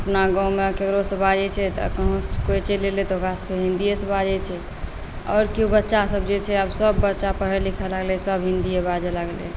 अपना गाममे ककरोसँ बाजै छै तऽ कहूँसँ कोइ चलि अएलै तऽ ओकरासँ लोक हिन्दिएमे बाजै छै आओर केओ बच्चसब जे छै आब सबबच्चा पढ़ै लिखै लागलै सब हिन्दिए बाजै लागलै